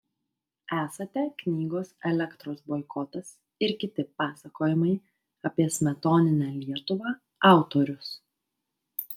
esate knygos elektros boikotas ir kiti pasakojimai apie smetoninę lietuvą autorius